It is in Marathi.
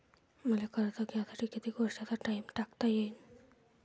मले कर्ज घ्यासाठी कितीक वर्षाचा टाइम टाकता येईन?